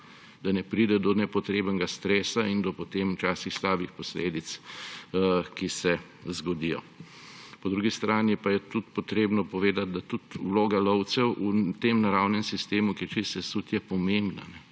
da ne pride do nepotrebnega stresa in do potem včasih slabih posledic, ki se zgodijo. Po drugi strani pa je tudi treba povedati, da vloga lovcev v tem naravnem sistemu, ki je čisto sesut, je pomembna.